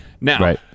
Now